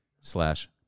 slash